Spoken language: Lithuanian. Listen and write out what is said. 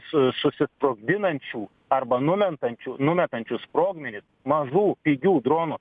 su susisprogdinančių arba numentančių numetančius sprogmenis mažų pigių dronų